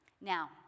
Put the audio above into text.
Now